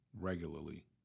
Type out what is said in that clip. regularly